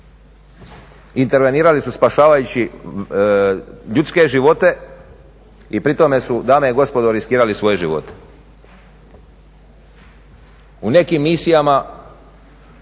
intervenirali su spašavajući ljudske živote i pri tome su dame i gospodo riskirali svoje živote. U nekim misijama